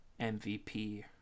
mvp